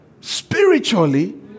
spiritually